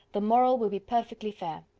the moral will be perfectly fair.